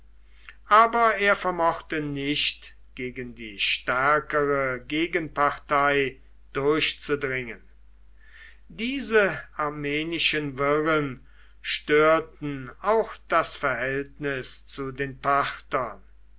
aber er vermochte nicht gegen die stärkere gegenpartei durchzudringen diese armenischen wirren störten auch das verhältnis zu den parthern